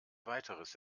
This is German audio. weiteres